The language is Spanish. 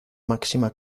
máxima